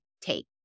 take